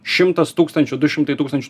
šimtas tūkstančių du šimtai tūkstančių